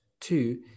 Two